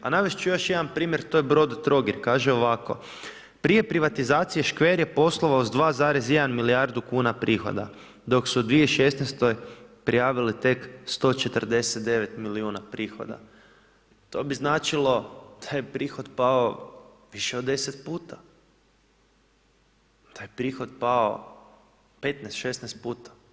A navesti ću još jedan primjer to je Brodotrogir, kaže ovako „Prije privatizacije Škver je poslovao sa 2,1 milijardu kuna prihoda, dok su u 2016. prijavili tek 149 milijuna prihoda.“ To bi značilo da je prihod pao više od 10 puta, da je prihod pao 15, 16 puta.